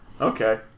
Okay